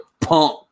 punk